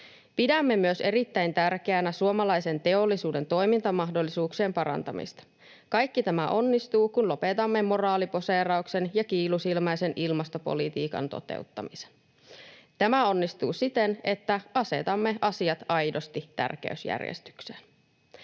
Pidämme myös erittäin tärkeänä suomalaisen teollisuuden toimintamahdollisuuksien parantamista. Kaikki tämä onnistuu, kun lopetamme moraaliposeerauksen ja kiilusilmäisen ilmastopolitiikan toteuttamisen. Tämä onnistuu siten, että asetamme asiat aidosti tärkeysjärjestykseen.